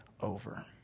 over